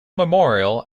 memorial